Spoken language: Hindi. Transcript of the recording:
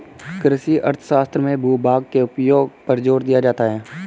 कृषि अर्थशास्त्र में भूभाग के उपयोग पर जोर दिया जाता है